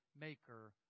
maker